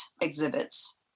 exhibits